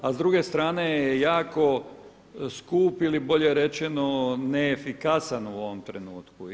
A s druge strane je jako skup ili bolje rečeno neefikasan u ovom trenutku.